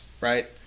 right